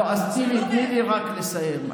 תני לי רק לסיים.